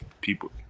people